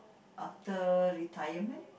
after retirement